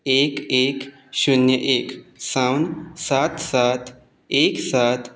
एक एक शुन्य एक सावन सात सात एक सात